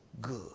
good